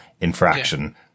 infraction